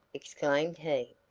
exclaimed he,